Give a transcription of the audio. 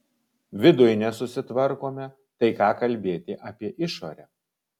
viduj nesusitvarkome tai ką kalbėti apie išorę